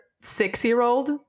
six-year-old